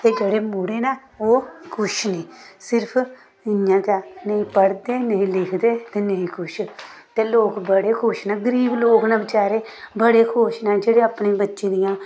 ते जेह्ड़े मुड़े न ओह् कुछ निं सिर्फ इ'यां गै नेईं पढ़दे नेईं लिखदे ते नेईं कुछ ते लोक बड़े खुश न गरीब लोक न बचैरे बड़े खुश न जेह्ड़े अपने बच्चे दियां